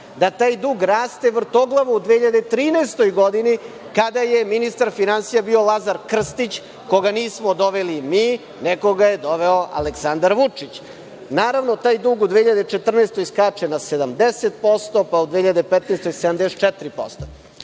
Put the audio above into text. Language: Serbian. da taj dug raste vrtoglavo u 2013. godini, kada je ministar finansija bio Lazar Krstić, koga nismo doveli mi, nego ga je doveo Aleksandar Vučić. Naravno, taj dug u 2014. godini skače na 70%, pa u 2015.